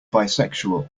bisexual